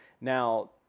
Now